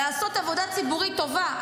אלא לעשות עבודה ציבורית טובה.